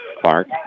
Clark